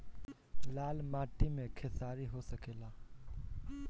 लाल माटी मे खेसारी हो सकेला?